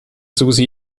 susi